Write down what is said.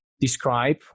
describe